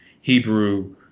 Hebrew